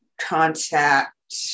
contact